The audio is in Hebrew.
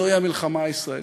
זוהי המלחמה הישראלית.